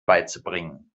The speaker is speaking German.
beizubringen